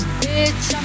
bitch